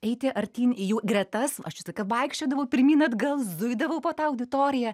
eiti artyn į jų gretas aš visą laiką vaikščiodavau pirmyn atgal zuidavau po tą auditoriją